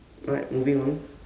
right moving on